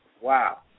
Wow